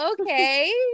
Okay